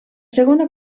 segona